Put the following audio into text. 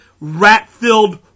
rat-filled